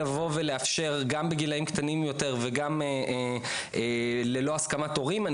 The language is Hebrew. לבוא ולאפשר גם בגילאים קטנים יותר וגם ללא הסכמת הורים,